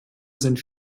sind